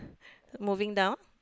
moving down